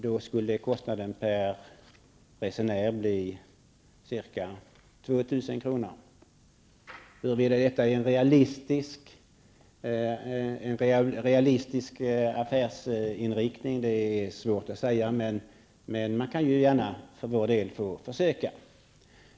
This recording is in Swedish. Då skulle kostnaden per resenär bli ca 2 000 Huruvida detta är en realistisk affärsinriktning är svårt att säga, men man kan för vår del gärna få försöka.